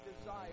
desire